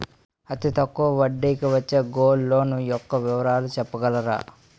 అతి తక్కువ వడ్డీ కి వచ్చే గోల్డ్ లోన్ యెక్క వివరాలు చెప్పగలరా?